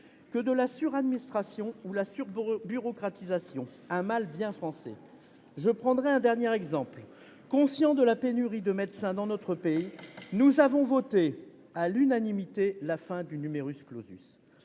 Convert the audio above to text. que de la suradministration ou de la surbureaucratisation, un mal bien français. Je prendrai un dernier exemple. Conscients de la pénurie de médecins que connaît notre pays, nous avons voté à l'unanimité la fin du.